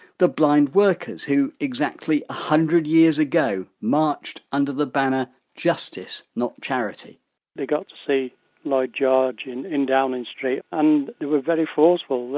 the blind workers who exactly a hundred years ago marched under the banner justice not charity they got to see lloyd george in in downing street and they were very forceful,